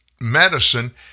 medicine